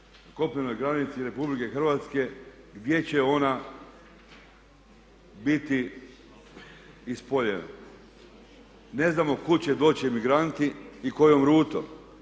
kopnenoj granici Republike Hrvatske gdje će ona biti ispoljena. Ne znamo kuda će doći migranti i kojom rutom.